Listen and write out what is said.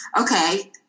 okay